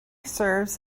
serves